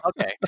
okay